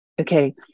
Okay